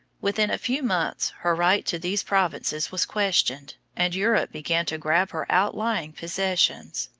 within a few months her right to these provinces was questioned, and europe began to grab her outlying possessions.